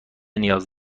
نیاز